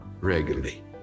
regularly